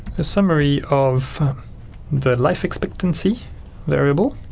a summary of the life expectancy variable